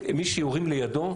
מי שיורים לידו,